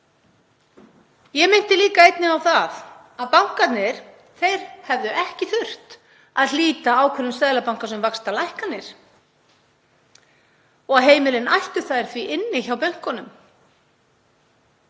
Ég minnti einnig á það að bankarnir hefðu ekki þurft að hlíta ákvörðun Seðlabankans um vaxtalækkanir og heimilin ættu þær því inni hjá bönkunum.